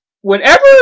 whenever